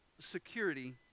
Security